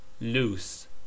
loose